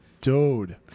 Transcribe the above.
Dude